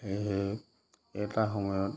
সেয়হে এটা সময়ত